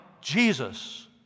Jesus